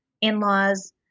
in-laws